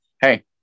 Hey